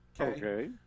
Okay